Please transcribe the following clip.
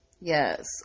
Yes